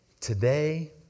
today